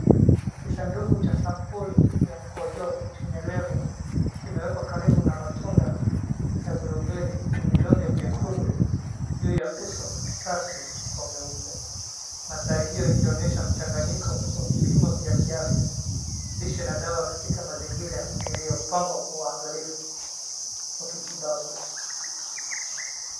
Kisanduku cha sampuli ya mkojo chenye lebo kimewekwa karibu na matunda ya blueberry na vidonge vyekundu juu ya uso safi wa meupe. Mandhari hiyo ikionyesha mchanganyiko wa vipimo vya kiafya, dishi na dawa katika mazingira yaliyopangwa kwa uangalifu wa kitibabu.